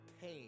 pain